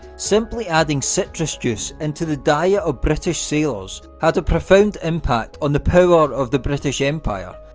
simply adding citrus juice into the diet of british sailors had a profound impact on the power of the british empire,